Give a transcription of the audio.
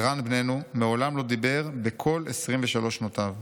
ערן בננו מעולם לא דיבר בכל 23 שנותיו,